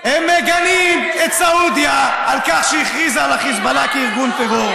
הם מגנים את סעודיה על כך שהכריזה על החיזבאללה כארגון טרור.